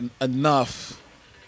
enough